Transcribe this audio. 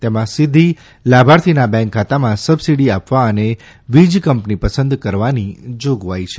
તેમાં સીધી લાભાર્થીના બેંક ખાતામાં સબસીડી આપવા અને વીજ કંપની પસંદ કરવાની જાગવાઇ છે